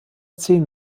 zehn